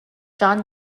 john